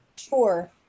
Sure